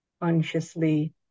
consciously